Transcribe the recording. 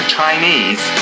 Chinese